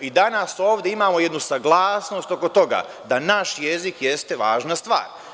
Danas ovde imamo jednu saglasnost oko toga da naš jezik jeste važna stvar.